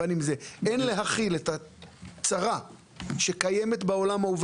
אין להחיל את הצרה שקיימת בעולם ההוא,